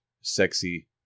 sexy